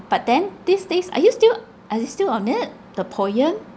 but then these days are you still are you still on it the POEM